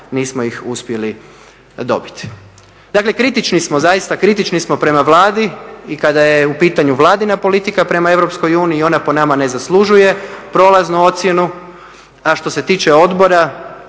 nismo ih uspjeli dobiti. Dakle kritični smo zaista kritični smo prema Vladi i kada je u pitanju vladina politika prema EU ona po nama ne zaslužuje prolaznu ocjenu, a što se tiče odbora